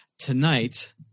tonight